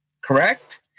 correct